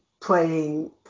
playing